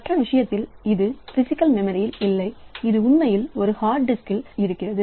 மற்ற விஷயத்தில் இது பிசிகல் மெமரி இல்லை இது உண்மையில் ஒரு ஹாட் டிஸ்க் இடம்